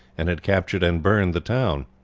and had captured and burned the town.